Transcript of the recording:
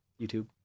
YouTube